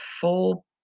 full